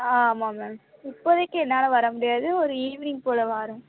ஆ ஆமாம் மேம் இப்போதைக்கு என்னால் வர முடியாது ஒரு ஈவினிங் போல் வரேன்